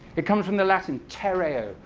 it comes from the latin terreur,